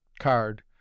card